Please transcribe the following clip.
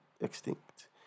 extinct